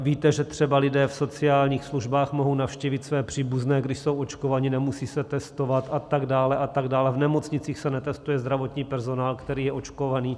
Víte, že třeba lidé v sociálních službách mohou navštívit své příbuzné, když jsou očkovaní, nemusí se testovat a tak dále a tak dále, v nemocnicích se netestuje zdravotní personál, který je očkovaný.